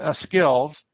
skills